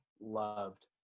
loved